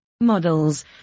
models